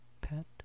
pet